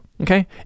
Okay